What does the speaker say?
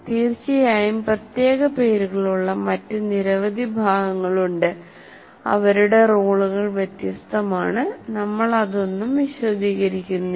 തീർച്ചയായും പ്രത്യേക പേരുകളുള്ള മറ്റ് നിരവധി ഭാഗങ്ങളുണ്ട് അവരുടെ റോളുകൾ വ്യത്യസ്തമാണ് നമ്മൾ അതൊന്നും വിശദീകരിക്കുന്നില്ല